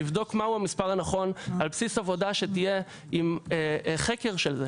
לבדוק מהו המספר הנכון על בסיס עבודה שתהיה עם חקר של זה,